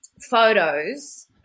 photos